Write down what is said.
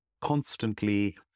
constantly